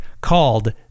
called